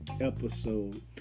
episode